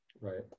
right